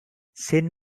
saint